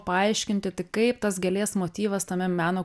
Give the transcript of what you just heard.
paaiškinti tai kaip tas gėlės motyvas tame meno